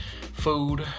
food